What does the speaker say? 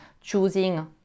choosing